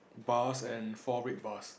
bars and four red bars